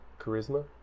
Charisma